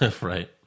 Right